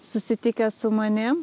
susitikę su manim